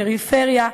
פריפריה,